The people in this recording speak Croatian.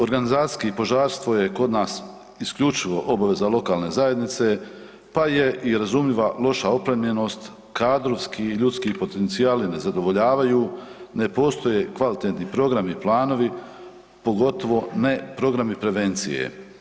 Organizacijski požarstvo je kod nas isključivo obaveza lokalne zajednice pa je i razumljiva loša opremljenost, kadrovski i ljudski potencijali ne zadovoljavaju, ne postoje kvalitetni programi, planovi, pogotovo ne programi prevencije.